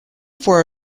for